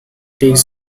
takes